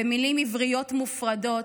/ במילים עבריות מופרדות,